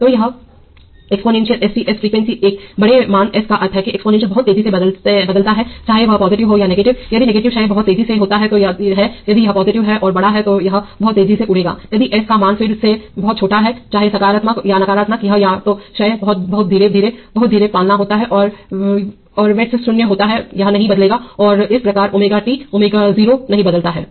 तोयह exponential s t s frequency एक बड़े मान s का अर्थ है कि एक्सपोनेंशियल बहुत तेज़ी से बदलता है चाहे वह पॉजिटिव हो या नेगेटिव यदि नेगेटिव क्षय बहुत तेज़ी से होता है यदि यह पॉजिटिव और बड़ा है तो यह बहुत तेज़ी से उड़ेगा यदि s का मान फिर से बहुत छोटा है चाहे सकारात्मक या नकारात्मक यह या तो क्षय होगा बहुत धीरे धीरे बहुत धीरे धीरे पालना होता है और वेड्स 0 होता है यह नहीं बदलेगा और इस प्रकार ओमेगा टी ओमेगा 0 नहीं बदलता है